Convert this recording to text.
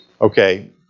Okay